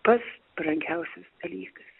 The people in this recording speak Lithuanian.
pats brangiausias dalykas